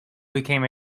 became